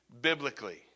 biblically